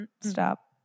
stop